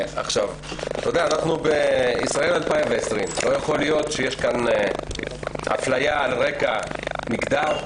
אנחנו בישראל 2020. לא יכול להיות שיש כאן אפליה על רקע מגדר,